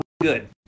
good